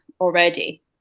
already